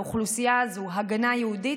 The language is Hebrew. הגנה ייעודית.